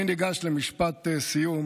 אני ניגש למשפט סיום.